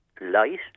light